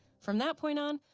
from that point on,